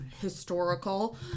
historical